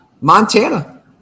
Montana